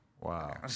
Wow